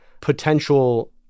potential